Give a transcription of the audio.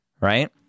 right